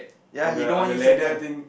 ya he don't want use a gun